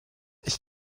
ich